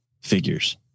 figures